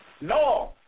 No